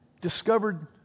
discovered